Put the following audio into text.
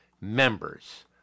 members